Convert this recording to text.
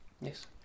Yes